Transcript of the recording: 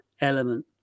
element